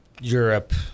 Europe